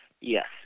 Yes